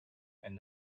and